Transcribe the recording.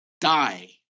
die